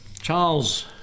Charles